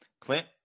Clint